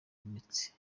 mitsi